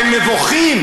אנחנו נבדוק,